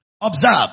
observe